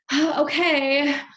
okay